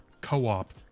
co-op